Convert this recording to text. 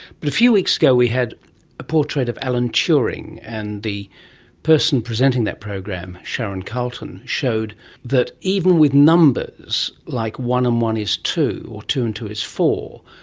but a few weeks ago we had a portrait of alan turing, and the person presenting that program, sharon carleton, showed that even with numbers, like one and one is two, or two and two is four,